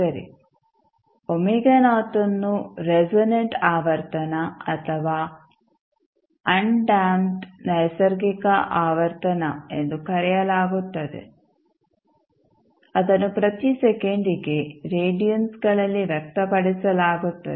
ಸರಿ ಅನ್ನು ರೇಸೊನಂಟ್ ಆವರ್ತನ ಅಥವಾ ಅಂಡಮ್ಪ್ಡ್ ನೈಸರ್ಗಿಕ ಆವರ್ತನ ಎಂದು ಕರೆಯಲಾಗುತ್ತದೆ ಅದನ್ನು ಪ್ರತಿ ಸೆಕೆಂಡಿಗೆ ರೇಡಿಯನ್ಸ್ಗಳಲ್ಲಿ ವ್ಯಕ್ತಪಡಿಸಲಾಗುತ್ತದೆ